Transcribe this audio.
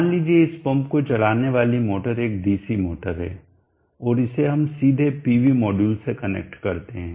मान लीजिए इस पंप को चलाने वाली मोटर एक डीसी मोटर है और इसे हम सीधे पीवी मॉड्यूल से कनेक्ट करते हैं